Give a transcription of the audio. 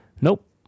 Nope